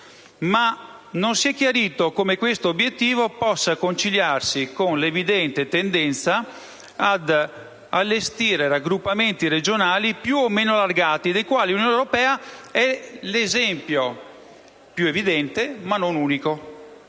Non si è però chiarito come questo obiettivo possa conciliarsi con l'evidente tendenza ad allestire raggruppamenti regionali più o meno allargati, dei quali l'Unione europea è l'esempio più evidente, ma non l'unico.